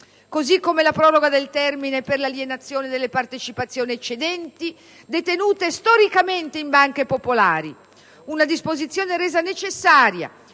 vale per la proroga del termine per l'alienazione delle partecipazioni eccedenti, detenute storicamente in banche popolari: si tratta di una disposizione resa necessaria